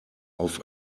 auf